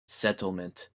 settlement